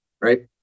right